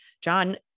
John